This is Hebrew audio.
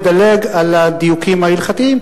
אני מדלג על הדיוקים ההלכתיים,